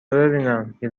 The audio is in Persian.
ببینم، یه